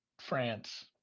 France